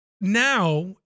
now